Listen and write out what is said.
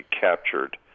captured